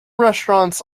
restaurants